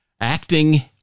acting